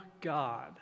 God